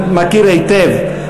מכיר היטב,